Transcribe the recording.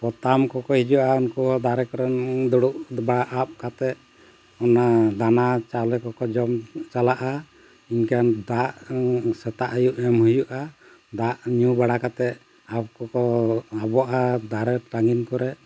ᱯᱚᱛᱟᱢ ᱠᱚᱠᱚ ᱦᱤᱡᱩᱜᱼᱟ ᱩᱱᱠᱩ ᱦᱚᱸ ᱫᱟᱨᱮ ᱠᱚᱨᱮᱱ ᱫᱩᱲᱩᱵ ᱵᱟ ᱟᱵ ᱠᱟᱛᱮᱫ ᱚᱱᱟ ᱫᱟᱱᱟ ᱪᱟᱣᱞᱮ ᱠᱚᱠᱚ ᱡᱚᱢ ᱪᱟᱞᱟᱜᱼᱟ ᱤᱱᱠᱟᱹᱱ ᱫᱟᱜ ᱥᱮᱛᱟᱜ ᱟᱹᱭᱩᱵ ᱮᱢ ᱦᱩᱭᱩᱜᱼᱟ ᱫᱟᱜ ᱧᱩ ᱵᱟᱲᱟ ᱠᱟᱛᱮᱫ ᱟᱵ ᱠᱚ ᱠᱚ ᱟᱵᱚᱜᱼᱟ ᱫᱟᱨᱮ ᱴᱟᱺᱜᱤᱱ ᱠᱚᱨᱮᱫ